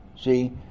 See